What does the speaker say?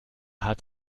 hat